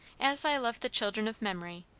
as i love the children of memory,